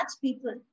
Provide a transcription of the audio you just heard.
people